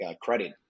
credit